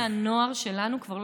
הם רואים זלזול בחוקים,